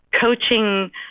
coaching